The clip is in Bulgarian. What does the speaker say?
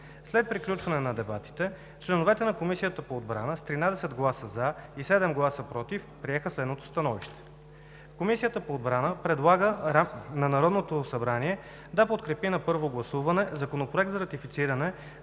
След приключване на дебатите, членовете на Комисията по отбрана с 13 гласа „за“ и 7 гласа „против“ приеха следното становище: Комисията по отбрана предлага на Народното събрание да подкрепи на първо гласуване Законопроект за ратифициране